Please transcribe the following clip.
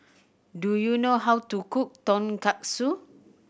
do you know how to cook Tonkatsu